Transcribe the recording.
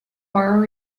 borrow